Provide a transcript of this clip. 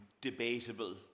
debatable